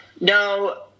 No